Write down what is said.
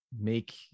make